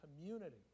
community